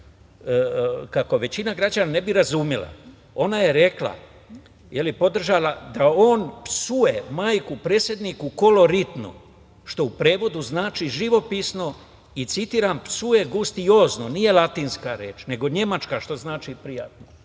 Kako bi većina građana razumela, ona je rekla, podržala, da on psuje majku predsedniku koloritno, što u prevodu znači živopisno, i citiram, psuje gustiozno, nije latinska reč, nego nemačka, što znači prijatno.